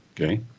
Okay